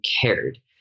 cared